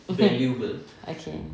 okay